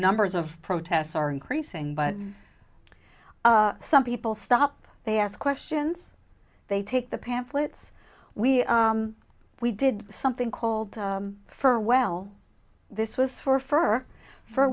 numbers of protests are increasing but some people stop they ask questions they take the pamphlets we we did something called for well this was for f